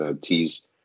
tease